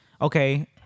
okay